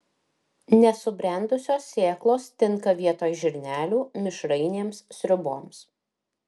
nesubrendusios sėklos tinka vietoj žirnelių mišrainėms sriuboms